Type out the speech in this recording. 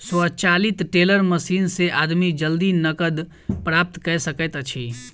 स्वचालित teller machine से आदमी जल्दी नकद प्राप्त कय सकैत अछि